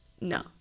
no